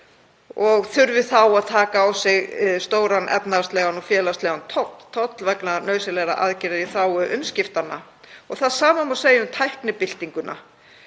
og þarf þá að taka á sig stóran efnahagslegan og félagslegan toll vegna nauðsynlegra aðgerða í þágu umskiptanna. Það sama má segja um tæknibyltinguna,